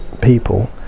people